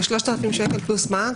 3,000 שקלים פלוס מע"מ,